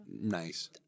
nice